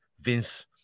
Vince